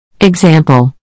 Example